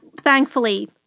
thankfully